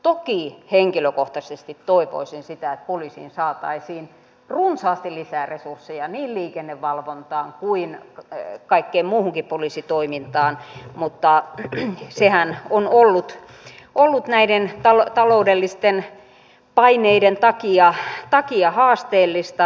toki henkilökohtaisesti toivoisin sitä että poliisiin saataisiin runsaasti lisää resursseja niin liikennevalvontaan kuin kaikkeen muuhunkin poliisitoimintaan mutta sehän on ollut näiden taloudellisten paineiden takia haasteellista